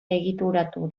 egituratu